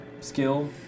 skill